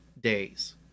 days